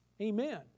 Amen